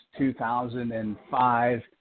2005